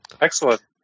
Excellent